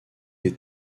des